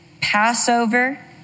Passover